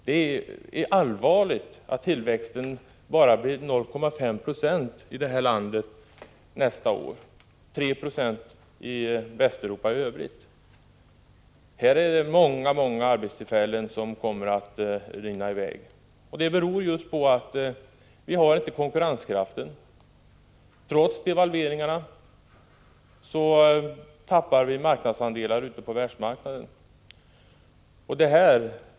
Det är allvarligt att tillväxten i vårt land bara blir 0,5 70 nästa år medan den blir 3 96 i Västeuropa i övrigt. Det är många arbetstillfällen som kommer att gå förlorade här. Anledningen till detta är att vi inte har tillräcklig konkurrenskraft. Trots devalveringarna tappar vi marknadsandelar ute på världsmarknaden.